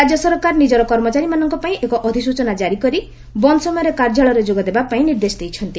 ରାଜ୍ୟ ସରକାର ନିଜର କର୍ମଚାରୀମାନଙ୍କପାଇଁ ଏକ ଅଧିସ୍ଚନା ଜାରି କରି ବନ୍ଦ୍ ସମୟରେ କାର୍ଯ୍ୟାଳୟରେ ଯୋଗ ଦେବାପାଇଁ ନିର୍ଦ୍ଦେଶ ଦେଇଛନ୍ତି